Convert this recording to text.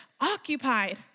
occupied